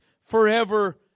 forever